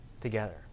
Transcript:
together